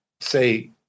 say